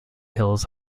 hills